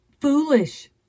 foolish